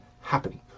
happening